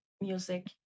music